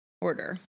Order